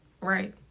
Right